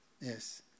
Yes